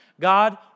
God